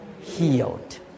healed